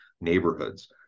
neighborhoods